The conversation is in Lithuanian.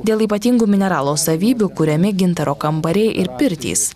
dėl ypatingų mineralo savybių kuriami gintaro kambariai ir pirtys